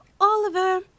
Oliver